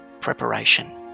preparation